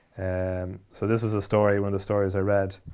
and so this is a story, one of the stories i read